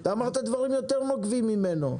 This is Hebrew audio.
אתה אמרת דברים יותר נוקבים ממנו,